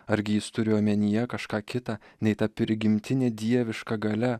argi jis turėjo omenyje kažką kita nei tą prigimtinį dieviška galia